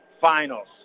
finals